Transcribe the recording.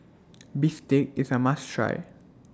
Bistake IS A must Try